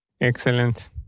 Excellent